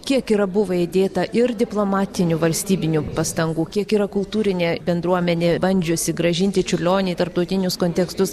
kiek yra buvę įdėta ir diplomatinių valstybinių pastangų kiek yra kultūrinė bendruomenė bandžiusi grąžinti čiurlionį į tarptautinius kontekstus